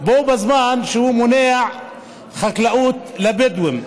בזמן שהוא מונע חקלאות מהבדואים.